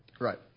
right